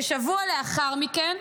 כשבוע לאחר מכן,